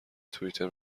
توییتر